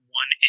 one